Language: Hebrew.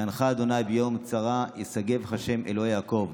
יענך ה' ביום צרה ישגבך שם אלהי יעקב.